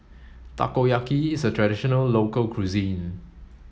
Takoyaki is a traditional local cuisine